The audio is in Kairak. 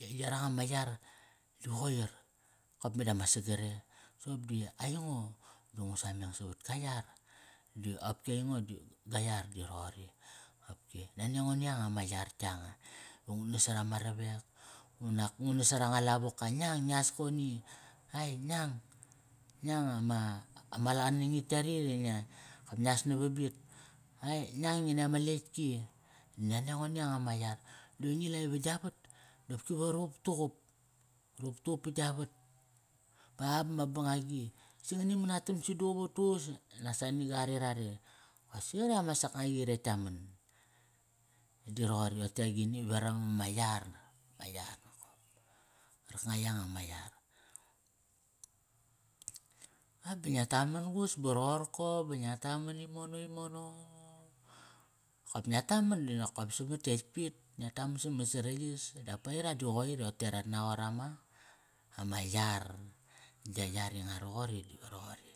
Ya, yaranga ma yar da qoir. Kop me dama sagare. Soqop di aingo da ngu sameng savat ka yar, di opki aingo di ga yar di roqori, qopki. Nani ango ni yanga ma yar yanga Va ngu nas sara nga ravek, unak va ngu nas sara nga lavoka ngiang ngias koni. Ai ngiang, ngiang ama, ama qalanangit yarit i ngia, kop ngias navabit. Ai ngiang ngi netk ama letk ki. Nani ango ni yanga ma yar Dive ngi la i gia vat dopki va ruqup tuqup. Ruqup tuqup pa gia vat, ba ba ma bangagi. Si ngani manatam si duququ vat tuququs nasa nagare rare, kosi qaretk ama sakngaqi qaretk tka man Di roqori rote agini, veram ama yar. Ma yar nokop. Karkanga yanga ma yar. Va ba ngia taman imono imono. Kop ngia taman di nokop samat tetkpit Ngia taman samat saraiyas dap pa aira di qoir i rote rat naqot ama, ama yar. Gia yar i nga roqori dive roqori.